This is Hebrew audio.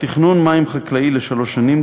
תכנון מים חקלאי לשלוש שנים,